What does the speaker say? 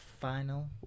final